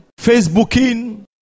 Facebooking